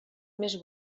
més